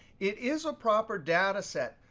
it is a proper data set,